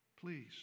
Please